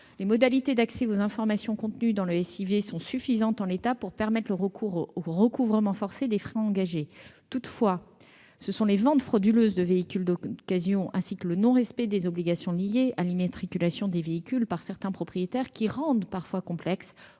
Les modalités d'accès aux informations contenues dans le SIV sont suffisantes, en l'état, pour permettre le recouvrement forcé des frais engagés. Toutefois, ce sont les ventes frauduleuses de véhicules d'occasion ainsi que le non-respect des obligations liées à l'immatriculation des véhicules par certains propriétaires qui rendent parfois complexe,